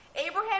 Abraham